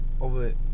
Over